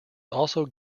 also